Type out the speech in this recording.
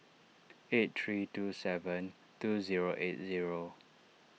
eight three two seven two zero eight zero